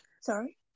sorry